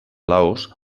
laos